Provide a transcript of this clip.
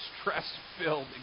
stress-filled